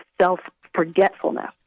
self-forgetfulness